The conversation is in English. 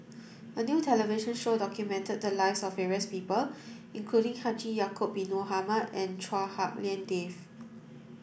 a new television show documented the lives of various people including Haji Ya'acob bin Mohamed and Chua Hak Lien Dave